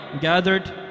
gathered